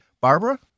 Barbara